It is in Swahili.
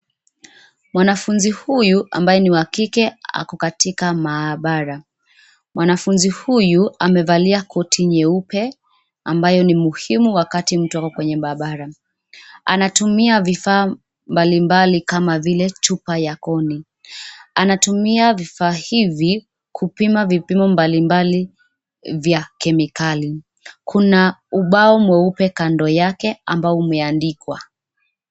Mwanafunzi huyu ambaye ni wa kike ako katika maabara. Mwanafunzi huyu amevalia koti nyeupe ambayo ni muhimu wakati mtu ako kwenye maabara. Anatumia vifaa mbalimbali kama vile chupa ya koni, anatumia vifaa hivi kupima vipimo mbalimbali vya kemikali. Kuna ubao mweupe kando yake ambao umeandikwa.